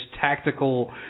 tactical